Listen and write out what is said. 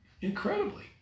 Incredibly